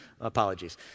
apologies